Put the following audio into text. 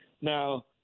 Now